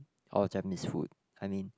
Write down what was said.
all Japanese food I mean